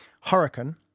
Hurricane